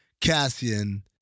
Cassian